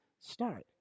start